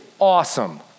awesome